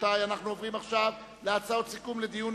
אנחנו עוברים עכשיו להצעות סיכום הדיון